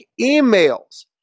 emails